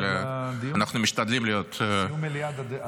אבל אנחנו משתדלים להיות חיוביים.